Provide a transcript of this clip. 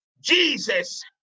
Jesus